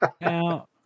Now